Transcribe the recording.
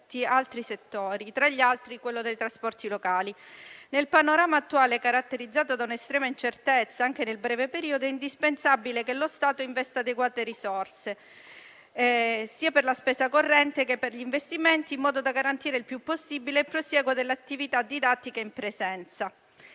tra gli altri quello dei trasporti locali. Nel panorama attuale, caratterizzato da una estrema incertezza anche nel breve periodo, è indispensabile che lo Stato investa adeguate risorse sia per la spesa corrente che per gli investimenti, in modo da garantire il più possibile il proseguo dell'attività didattica in presenza.